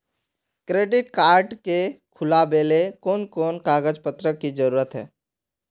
Credit card के खुलावेले कोन कोन कागज पत्र की जरूरत है?